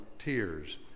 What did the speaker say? tears